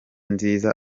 nziza